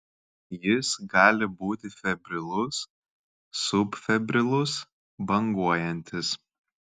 jis gali būti febrilus subfebrilus banguojantis